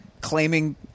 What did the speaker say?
claiming